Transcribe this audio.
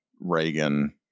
Reagan